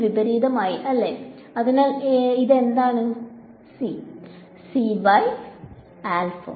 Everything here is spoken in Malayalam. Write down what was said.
വിപരീതമായി അല്ലെ അതിനാൽ ഇത് എന്താണ് വിദ്യാർത്ഥി C